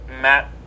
Matt